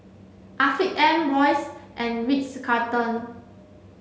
Afiq M Royce and Ritz Carlton